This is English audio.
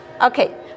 Okay